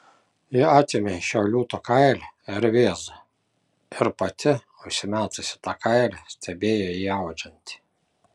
ji atėmė iš jo liūto kailį ir vėzdą ir pati užsimetusi tą kailį stebėjo jį audžiantį